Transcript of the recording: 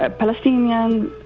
ah palestinian, um